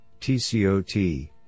tcot